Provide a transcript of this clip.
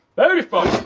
very fine!